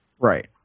Right